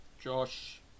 Josh